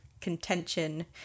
contention